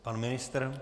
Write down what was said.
Pan ministr?